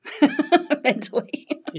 mentally